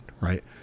right